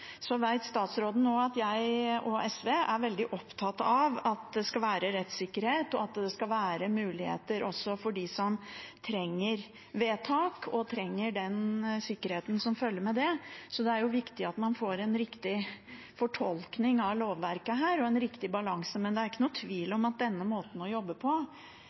Statsråden vet at jeg og SV er veldig opptatt av at det skal være rettssikkerhet og muligheter også for dem som trenger vedtak og den sikkerheten som følger med det. Så det er viktig at man får en riktig fortolkning av lovverket og en riktig balanse her, men det er ingen tvil om at denne måten å jobbe på